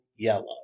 Yellow